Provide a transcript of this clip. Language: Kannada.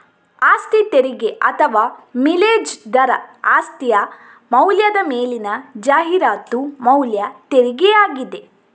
ಆಸ್ತಿ ತೆರಿಗೆ ಅಥವಾ ಮಿಲೇಜ್ ದರ ಆಸ್ತಿಯ ಮೌಲ್ಯದ ಮೇಲಿನ ಜಾಹೀರಾತು ಮೌಲ್ಯ ತೆರಿಗೆಯಾಗಿದೆ